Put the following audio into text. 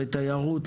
לתיירות,